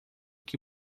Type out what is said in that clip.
que